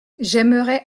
j’aimerais